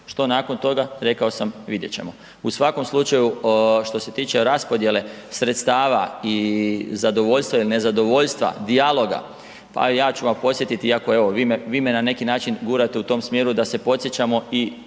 Što nakon toga, rekao sam, vidjet ćemo. U svakom slučaju što se tiče raspodjele sredstava i zadovoljstva i nezadovoljstva, dijaloga, pa ja ću vas podsjetiti iako evo, vi me na neki način gurate u tom smjeru da se podsjećamo i